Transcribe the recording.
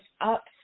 up